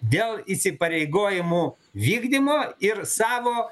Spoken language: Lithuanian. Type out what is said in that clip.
dėl įsipareigojimų vykdymo ir savo